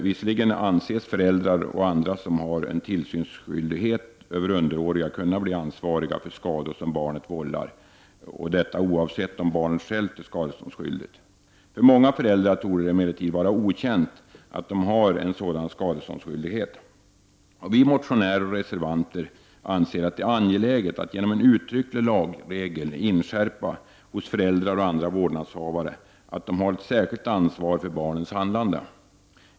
Visserligen anses föräldrar och andra som har en tillsynsskyldighet gentemot underåriga kunna bli ansvariga för skador som barnet vållar, oavsett om barnet självt är skadeståndsskyldigt. Men för många föräldrar torde det vara okänt att de har en sådan skadeståndsskyldighet. Vi motionärer och reservanter anser det angeläget att genom en uttrycklig lagregel inskärpa hos föräldrar och andra vårdnadshavare att de har ett särskilt ansvar för barnens handlande.